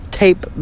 tape